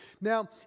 Now